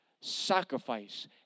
sacrifice